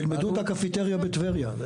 תלמדו את ה"קפיטריה בטבריה".